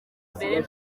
mbere